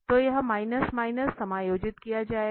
तो यह minus minus समायोजित किया जाएगा